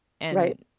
Right